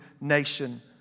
nation